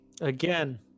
Again